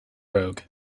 rogue